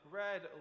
red